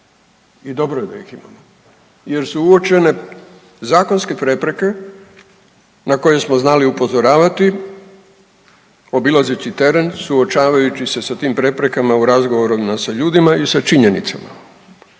I dobro je da ih imamo jer su uočene zakonske prepreke na koje smo znali upozoravati, obilazeći teren suočavajući se sa tim preprekama u razgovoru sa ljudima i sa činjenicama.